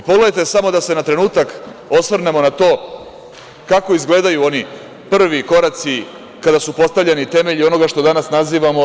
Pogledajte, samo da se na trenutak osvrnemo na to kako izgledaju oni prvi koraci kada su postavljeni temelji onoga što danas nazivamo EU.